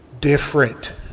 Different